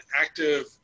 active